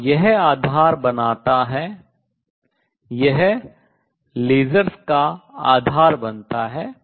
और यह आधार बनाता है यह लेसरों का आधार बनता है